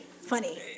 Funny